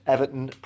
Everton